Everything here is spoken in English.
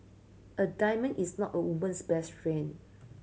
a diamond is not a woman's best friend